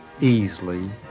easily